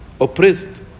Oppressed